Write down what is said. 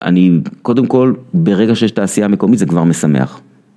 אני קודם כל ברגע שיש תעשייה מקומית זה כבר משמח.